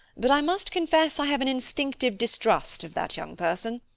but i must confess i have an instinctive distrust of that young person.